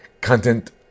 content